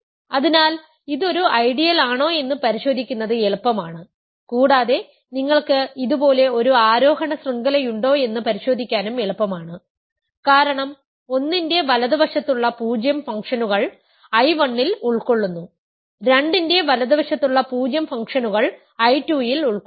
അതിനാൽ ഇത് ഒരു ഐഡിയലാണോയെന്ന് പരിശോധിക്കുന്നത് എളുപ്പമാണ് കൂടാതെ നിങ്ങൾക്ക് ഇത് പോലെ ഒരു ആരോഹണ ശൃംഖലയുണ്ടോയെന്ന് പരിശോധിക്കാനും എളുപ്പമാണ് കാരണം 1 ന്റെ വലതുവശത്തുള്ള 0 ഫംഗ്ഷനുകൾ I 1 ൽ ഉൾക്കൊള്ളുന്നു 2 ന്റെ വലതുവശത്തുള്ള 0 ഫംഗ്ഷനുകൾ I 2 ൽ ഉൾക്കൊള്ളുന്നു